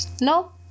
No